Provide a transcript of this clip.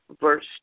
verse